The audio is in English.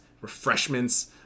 refreshments